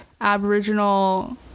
aboriginal